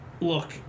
look